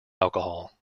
alcohol